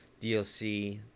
DLC